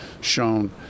shown